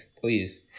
Please